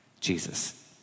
Jesus